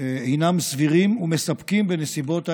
סבירים ומספקים בנסיבות העניין.